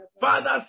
Father